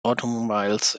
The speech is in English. automobiles